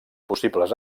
possibles